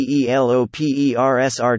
DEVELOPERS